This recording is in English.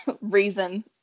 reason